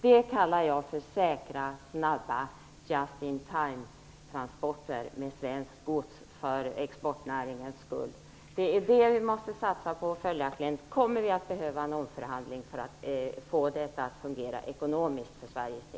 Det kallar jag säkra, snabba, just in time-transporter med svenskt gods för exportnäringen. Det är det vi måste satsa på. Följaktligen kommer vi att behöva en omförhandling för att få detta att fungera ekonomiskt för Sverige.